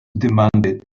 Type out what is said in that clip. demanded